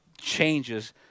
changes